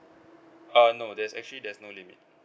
uh no there's actually there's no limit